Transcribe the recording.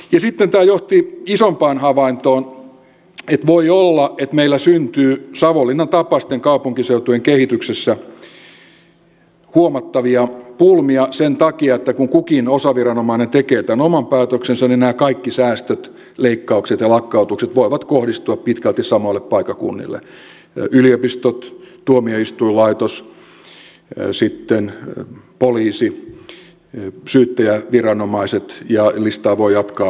sitten tämä johti isompaan havaintoon että voi olla että meillä syntyy savonlinnan tapaisten kaupunkiseutujen kehityksessä huomattavia pulmia sen takia että kun kukin osaviranomainen tekee tämän oman päätöksensä niin nämä kaikki säästöt leikkaukset ja lakkautukset voivat kohdistua pitkälti samoille paikkakunnille yliopistot tuomioistuinlaitos sitten poliisi syyttäjäviranomaiset ja listaa voi jatkaa aika pitkään